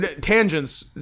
Tangents